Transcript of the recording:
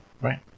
Right